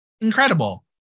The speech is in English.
incredible